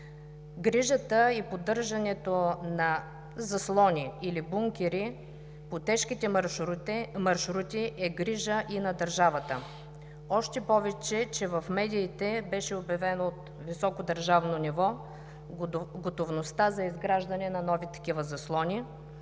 грижата и поддържането на заслони или бункери по тежките маршрути, е грижа и на държавата. Още повече, че в медиите беше обявено от високо държавно ниво готовността за изграждане на нови такива заслони.